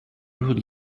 rude